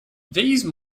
these